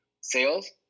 sales